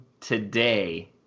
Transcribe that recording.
today